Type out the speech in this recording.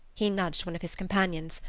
he nudged one of his companions,